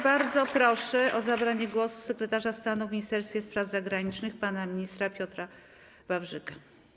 Bardzo proszę o zabranie głosu sekretarza stanu w Ministerstwie Spraw Zagranicznych pana ministra Piotra Wawrzyka.